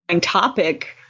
topic